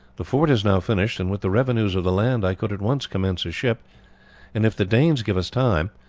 the fort is now finished, and with the revenues of the land i could at once commence a ship and if the danes give us time,